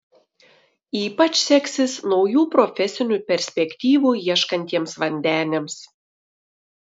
ypač seksis naujų profesinių perspektyvų ieškantiems vandeniams